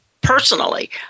personally